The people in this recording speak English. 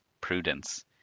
prudence